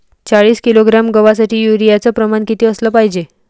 चाळीस किलोग्रॅम गवासाठी यूरिया च प्रमान किती असलं पायजे?